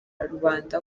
rubanda